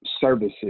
services